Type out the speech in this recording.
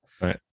right